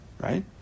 Right